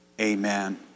amen